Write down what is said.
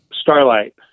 Starlight